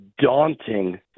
daunting